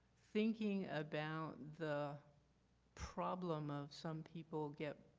thinking about the problem of some people getting